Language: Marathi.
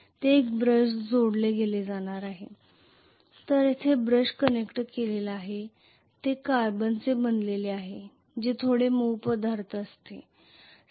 येथे एक ब्रश जोडला गेला आहे तर येथे ब्रश कनेक्ट केलेले आहेत जे कार्बनचे बनलेले आहेत जे थोडे मऊ पदार्थ आहेत